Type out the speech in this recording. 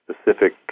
specific